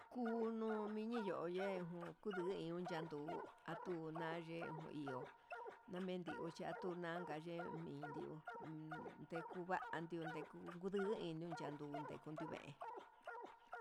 Kunu yimi yoye'e jun kundin ngun yando'o hu tuna ye'e jun iho namende chaku naka yee, minrio ndekuva'a ndio ndekun iño'o chanduu ndikunun ve'e.